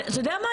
אתה יודע מה?